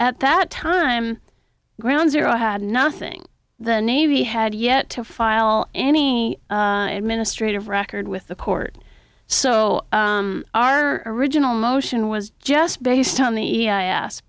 at that time ground zero had nothing the navy had yet to file any administrative record with the court so our original motion was just based on the i asked